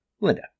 Linda